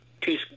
two